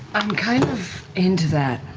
i'm kind of into that.